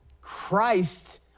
Christ